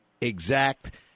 exact